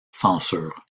censure